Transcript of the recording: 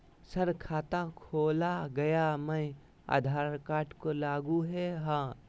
Sir खाता खोला गया मैं आधार कार्ड को लागू है हां?